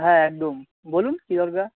হ্যাঁ একদম বলুন কী দরকার